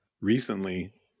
recently